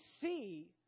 see